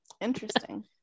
interesting